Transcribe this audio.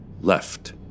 left